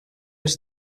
els